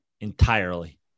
entirely